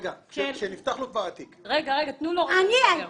רגע, כשנפתח לו כבר התיק --- ז': אני הייתי.